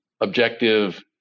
objective